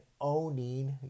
owning